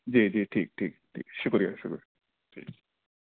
جی جی ٹھیک ٹھیک ٹھیک ہے شکریہ شکریہ ٹھیک ہے